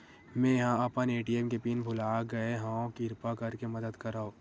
मेंहा अपन ए.टी.एम के पिन भुला गए हव, किरपा करके मदद करव